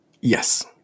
Yes